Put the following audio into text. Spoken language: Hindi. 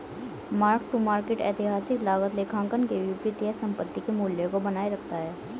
मार्क टू मार्केट ऐतिहासिक लागत लेखांकन के विपरीत है यह संपत्ति के मूल्य को बनाए रखता है